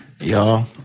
Y'all